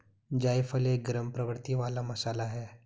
जायफल एक गरम प्रवृत्ति वाला मसाला है